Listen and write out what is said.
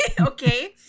Okay